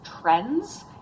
trends